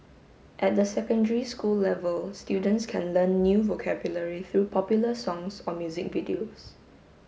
at the secondary school level students can learn new vocabulary through popular songs or music videos